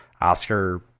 Oscar